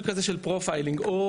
כזה של פרופיילינג במערכת,